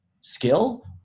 skill